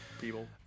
people